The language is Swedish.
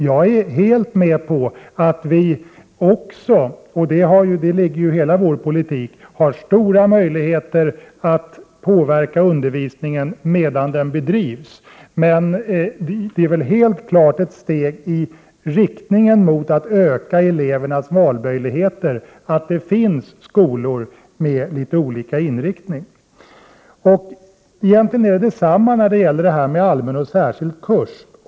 Jag instämmer helt — vilket också ligger i hela vår politik — i åsikten att eleverna skall ha stora möjligheter att påverka undervisningen medan den bedrivs. Det är ett steg i rätt riktning, mot att öka elevernas valmöjligheter, att skolor med litet olika inriktning finns. Egentligen är förhållandet detsamma beträffande allmän och särskild kurs.